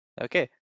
Okay